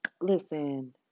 listen